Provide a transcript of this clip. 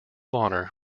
honor